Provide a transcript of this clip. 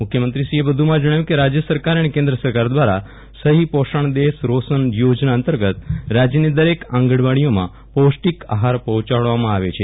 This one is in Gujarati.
મુખ્યમંત્રી શ્રી એ વધુમાં જણાવ્યું હતું કે રાજ્ય સરકાર અને કેન્દ્ર સરકાર દ્વારા સહી પોષણ દેશ રોશન યોજના અંતર્ગત રાજ્યની દરેક આંગણવાડીઓમાં પૌષ્ટીક આહાર પહોંચાડવામાં આવે છે